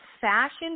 fashion